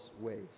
ways